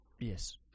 Yes